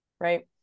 Right